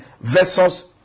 versus